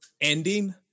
ending